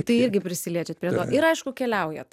tai irgi prisiliečiat prie to ir aišku keliaujat